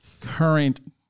current